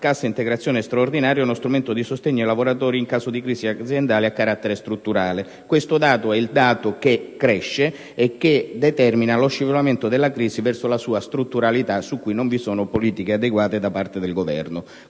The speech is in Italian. cassa integrazione straordinaria è uno strumento di sostegno ai lavoratori in caso di crisi aziendale a carattere strutturale. Questo è il dato che cresce e che determina lo scivolamento della crisi verso la sua strutturalità, su cui non vi sono politiche adeguate da parte del Governo.